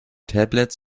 tablets